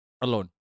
alone